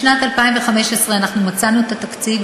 בשנת 2015 אנחנו מצאנו את התקציב,